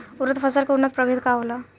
उरद फसल के उन्नत प्रभेद का होला?